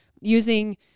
using